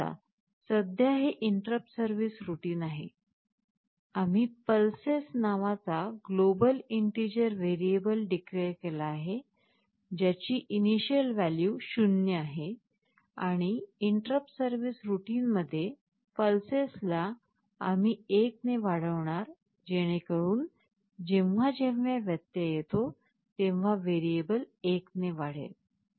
पण समजा सध्या हे इंटरप्ट सर्व्हिस रूटीन आहे आम्ही "pulses" नावाचा ग्लोबल इंटिजर व्हेरिएबल declare केला आहे ज्याची इनीशियल व्हॅल्यू 0 आहे आणि इंटरप्ट सर्व्हिस रूटीन मध्ये "pulses" ला आम्ही 1 ने वाढवणार जेणेकरून जेव्हा जेव्हा व्यत्यय येतो तेव्हा व्हेरिएबल 1 ने वाढेल